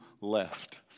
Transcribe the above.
left